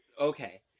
okay